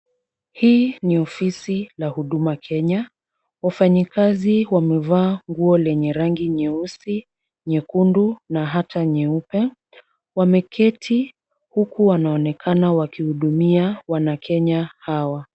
Hii ni ofisi la huduma Kenya, wafanyikazi wamevaa nguo lenye rangi nyeusi, nyekundu na hata nyeupe. Wameketi huku wanaonekana wakihudumia wanakenya hawa.